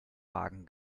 wagen